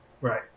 Right